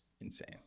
insane